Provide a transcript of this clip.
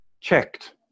checked